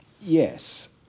Yes